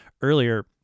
earlier